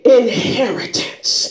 inheritance